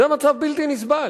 זה מצב בלתי נסבל.